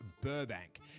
Burbank